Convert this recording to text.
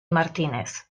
martínez